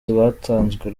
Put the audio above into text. rwatanzwe